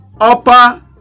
upper